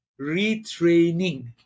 retraining